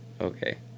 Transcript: Okay